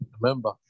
Remember